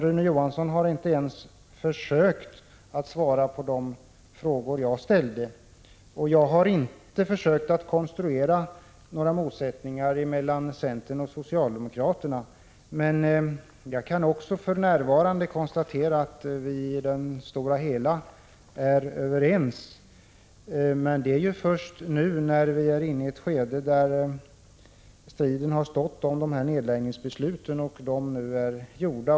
Rune Johansson däremot har inte ens försökt att svara på de frågor som jag ställt. Vidare vill jag säga att jag inte har försökt konstruera några motsättningar mellan centern och socialdemokraterna. För närvarande kan jag konstatera att vi i det stora hela är överens. Men det har vi blivit först nu när striden om nedläggningsbesluten är över och dessa är genomförda.